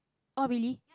oh really